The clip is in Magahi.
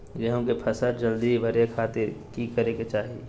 गेहूं के फसल जल्दी बड़े खातिर की करे के चाही?